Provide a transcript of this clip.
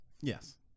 Yes